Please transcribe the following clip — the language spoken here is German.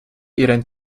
ihren